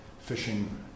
fishing